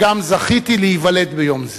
וגם זכיתי להיוולד ביום זה.